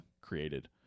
created